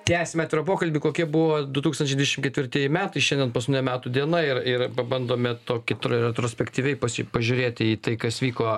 tęsiam atvirą pokalbį kokie buvo du tūkstančiai dvidešim ketvirtieji metai šiandien paskutinė metų diena ir ir pabandome tokį tro retrospektyviai pasi pažiūrėti į tai kas vyko